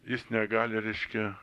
jis negali reiškia